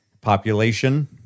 population